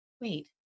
wait